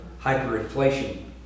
hyperinflation